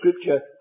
Scripture